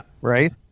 Right